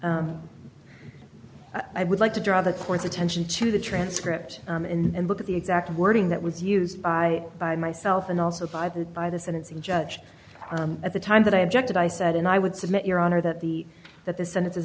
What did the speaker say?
would like to draw the court's attention to the transcript and look at the exact wording that was used by by myself and also by the by the sentencing judge at the time that i objected i said and i would submit your honor that the that the senat